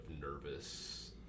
nervous